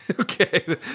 Okay